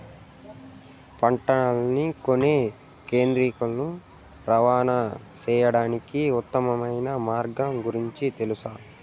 పంటలని కొనే కేంద్రాలు కు రవాణా సేయడానికి ఉత్తమమైన మార్గాల గురించి తెలుసా?